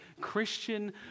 Christian